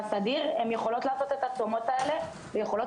בסדיר הן יכולות לעשות את הצומות האלה והן יכולות